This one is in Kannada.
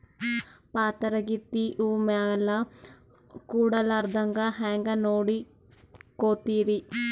ಪಾತರಗಿತ್ತಿ ಹೂ ಮ್ಯಾಲ ಕೂಡಲಾರ್ದಂಗ ಹೇಂಗ ನೋಡಕೋತಿರಿ?